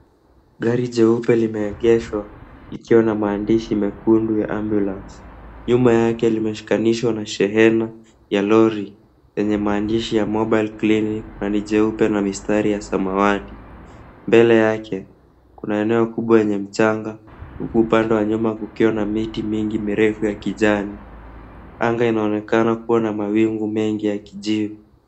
Gari jeupe limeegeshwa likiwa na maandishi mekundu ya Ambulance nyuma yake limeshikanishwa na shehena ya lori yenye maandishi ya Mobile Clinic na ni jeupe na mistari ya samawati. Mbele yake kuna eneo kubwa yenye mchanga huku pande wa nyuma kukiwa na miti mingi mirefu ya kijani, anga inaonekana kua na mawingu mengi ya kijivu.